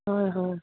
হয় হয়